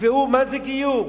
תקבעו מה זה גיור.